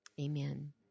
Amen